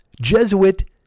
Jesuit